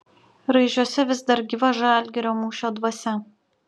raižiuose vis dar gyva žalgirio mūšio dvasia